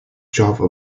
java